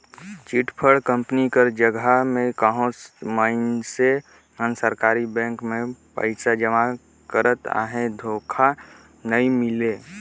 chit fund company कर जगहा में कहों मइनसे मन सरकारी बेंक में पइसा जमा करत अहें धोखा नी मिले